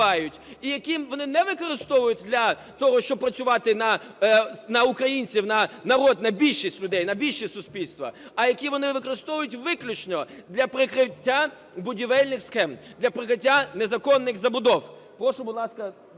і які вони не використовують для того, щоб працювати на українців, на народ, на більшість людей, на більшість суспільства, а які вони використовують виключно для прикриття будівельних схем, для прикриття незаконних забудов.